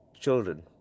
children